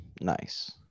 Nice